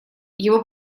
его